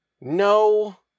No